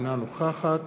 אינה נוכחת